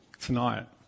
tonight